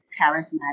charismatic